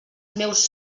meus